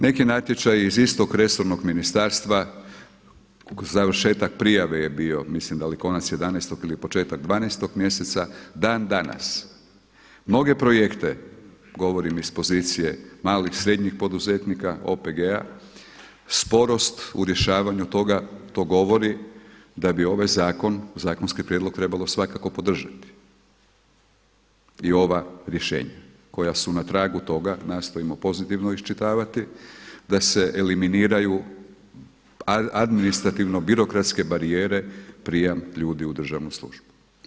Neki natječaji iz istog resornog ministarstva završetak prijave je bio, mislim da li konac 11. ili početak 12. mjeseca, dan danas mnoge projekte, govorim iz pozicije malih, srednjih poduzetnika, OPG-a sporost u rješavanju toga, to govori da bi ovaj zakon, zakonski prijedlog trebalo svakako podržati i ova rješenja koja su na tragu toga nastojimo pozitivno iščitavati da se eliminiraju administrativno birokratske barijere prijem ljudi u državnu službu.